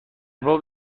باب